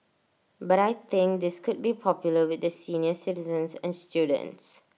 but I think this could be popular with the senior citizens and students